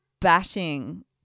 bashing